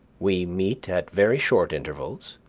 we meet at very short intervals,